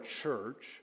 church